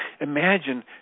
imagine